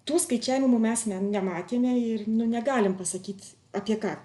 tų skaičiavimų mes ne nematėme ir nu negalim pasakyt apie ką